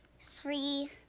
Three